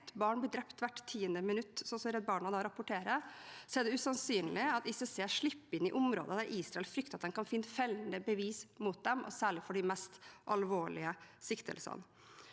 ett barn blir drept hvert tiende minutt, slik Redd Barna rapporterer, er det usannsynlig at ICC slipper inn i områder der Israel frykter at en kan finne fellende bevis mot dem, særlig for de mest alvorlige siktelsene.